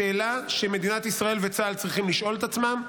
השאלה שמדינת ישראל וצה"ל צריכים לשאול את עצמם,